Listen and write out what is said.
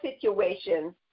situations